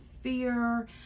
fear